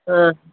हा